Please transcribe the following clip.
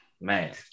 man